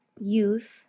youth